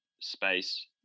space